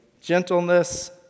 gentleness